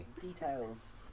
details